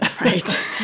right